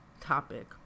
topic